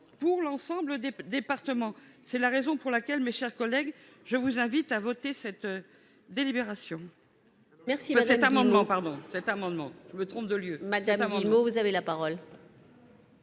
pour l'ensemble des départements. C'est la raison pour laquelle, mes chers collègues, je vous invite à voter cet amendement.